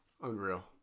Unreal